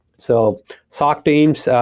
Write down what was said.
so soc teams,